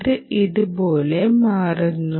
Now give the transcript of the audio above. ഇത് ഇതുപോലെ മാറുന്നു